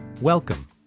Welcome